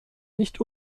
nicht